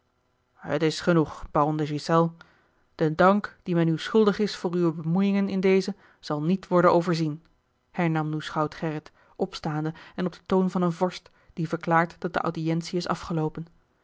het is genoeg baron de ghiselles den dank dien men u schuldig is voor uwe bemoeiingen in dezen zal niet worden overzien hernam nu schout gerrit opstaande en op den toon van een vorst die verklaart dat de audiëntie is afgeloopen